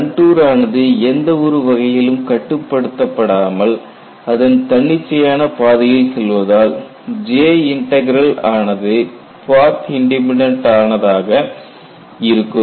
contour ஆனது எந்த ஒரு வகையிலும் கட்டுப்படுத்த படாமல் அதன் தன்னிச்சையான பாதையில் செல்வதால் J இன்டக்ரல் ஆனது பாத் இண்டிபெண்டன்ட் ஆனதாக இருக்கும்